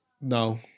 no